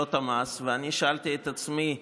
לרשויות המס, ואני שאלתי את עצמי: